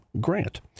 Grant